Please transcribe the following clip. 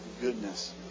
goodness